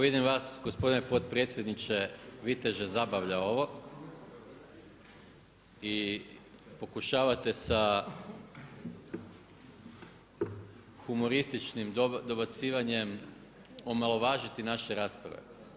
Vidim vas gospodine potpredsjedniče viteže zabavlja ovo i pokušavate sa humorističnim dobacivanjem omalovažiti naše rasprave.